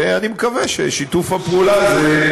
ואני מקווה ששיתוף הפעולה הזה,